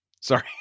sorry